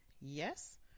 Yes